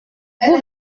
vous